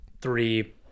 three